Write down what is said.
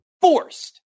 forced